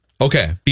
Okay